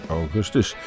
augustus